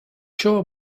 sure